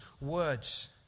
words